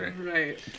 right